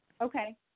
Okay